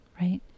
right